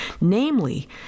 namely